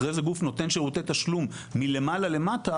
אחרי זה גוף נותן שירותי תשלום מלמעלה למטה,